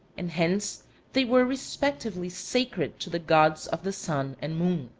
and hence they were respectively sacred to the gods of the sun and moon.